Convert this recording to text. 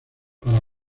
para